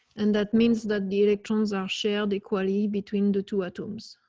and that means that the electrons are shared equally between the two items.